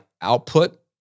output